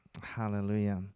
Hallelujah